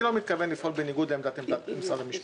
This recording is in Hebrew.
אני לא מתכוון לפעול בניגוד לעמדת משרד המשפטים,